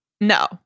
No